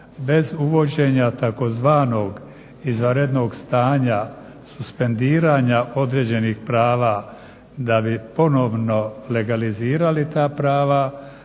bez uvođenja tzv. izvanrednog stanja suspendiranja određenih prava da bi ponovno legalizirali ta prava